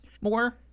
more